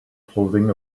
clothing